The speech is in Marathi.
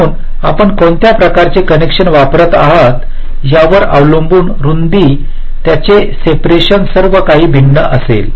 म्हणून आपण कोणत्या प्रकारचे कनेक्शन वापरत आहात यावर अवलंबून रुंदी त्यांचे सेपरेशन सर्व काही भिन्न असेल